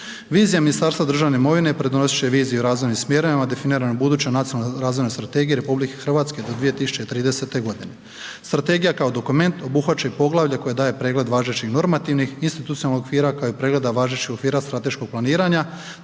Vizija Ministarstva državne imovine pridonosit će viziji u razvojnim smjerovima definiranim budućem nacionalnom razvoju strategije RH do 2030. godine. Strategija kao dokument obuhvaća i poglavlje koje daje pregled važećih normativnih, institucionalnih okvira kao i pregleda važećeg okvira strateškog planiranja